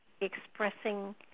expressing